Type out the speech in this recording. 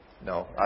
no